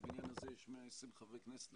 בבניין הזה יש 120 חברי כנסת,